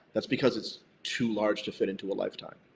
that's because it's too large to fit into a lifetime.